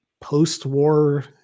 post-war